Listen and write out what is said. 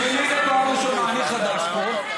פעם ראשונה, בשבילי זה פעם ראשונה, אני חדש פה.